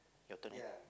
your turn ya